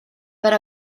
per